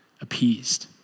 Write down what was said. appeased